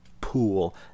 pool